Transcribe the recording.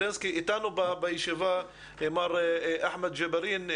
איתנו בישיבה מר אחמד ג'בארין,